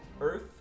earth